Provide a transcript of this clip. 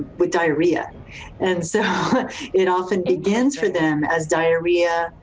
with diarrhea and so it also begins for them as diarrhea.